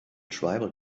tribal